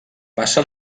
passa